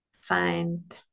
find